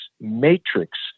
matrix